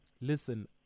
listen